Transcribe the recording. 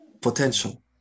potential